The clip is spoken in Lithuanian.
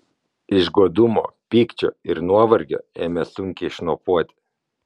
iš godumo pykčio ir nuovargio ėmė sunkiai šnopuoti